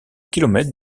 kilomètres